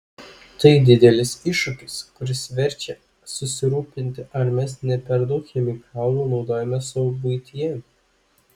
tai didelis iššūkis kuris verčia susirūpinti ar mes ne per daug chemikalų naudojame savo buityje